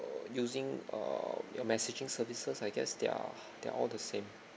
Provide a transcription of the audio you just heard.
uh using err your messaging services I guess they're they're all the same